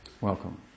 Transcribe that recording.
Welcome